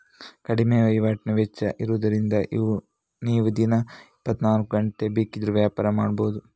ಕಡಿಮೆ ವೈವಾಟಿನ ವೆಚ್ಚ ಇರುದ್ರಿಂದ ನೀವು ದಿನದ ಇಪ್ಪತ್ತನಾಲ್ಕು ಗಂಟೆ ಬೇಕಿದ್ರೂ ವ್ಯಾಪಾರ ಮಾಡ್ಬಹುದು